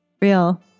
real